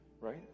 right